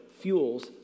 fuels